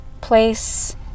place